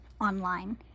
online